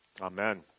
Amen